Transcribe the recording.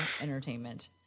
entertainment